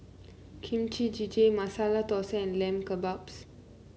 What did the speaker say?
Kimchi Jjigae Masala Dosa and Lamb Kebabs